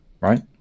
right